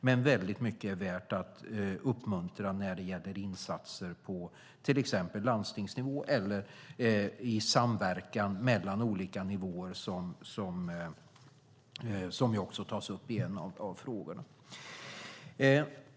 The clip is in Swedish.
Men mycket är värt att uppmuntra när det gäller insatser på till exempel landstingsnivå eller i samverkan mellan olika nivåer, som också tas upp i en fråga.